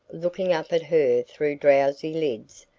looking up at her through drowsy lids,